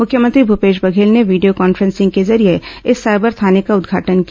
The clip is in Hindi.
मुख्यमंत्री भूपेश बघेल ने वीडियो कॉन्फ्रेंसिंग के जरिये इस साइबर थाने का उद्घाटन किया